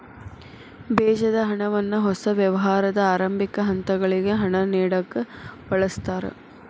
ಬೇಜದ ಹಣವನ್ನ ಹೊಸ ವ್ಯವಹಾರದ ಆರಂಭಿಕ ಹಂತಗಳಿಗೆ ಹಣ ನೇಡಕ ಬಳಸ್ತಾರ